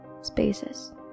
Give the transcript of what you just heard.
Spaces